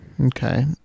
Okay